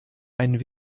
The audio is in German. einen